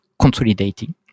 consolidating